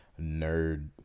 nerd